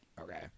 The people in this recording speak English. Okay